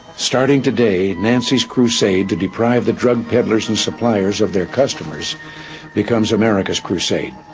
starting today, nancy's crusade to deprive the drug peddlers and suppliers of their customers becomes america's crusade.